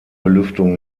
belüftung